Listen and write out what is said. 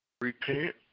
Repent